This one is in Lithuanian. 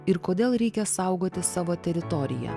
ir kodėl reikia saugoti savo teritoriją